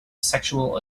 sexual